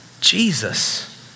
Jesus